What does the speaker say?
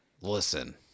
listen